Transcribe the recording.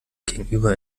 gegenüber